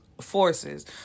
forces